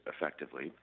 effectively